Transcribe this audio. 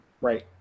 right